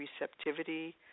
receptivity